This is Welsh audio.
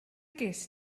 ges